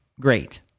Great